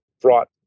brought